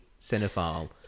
cinephile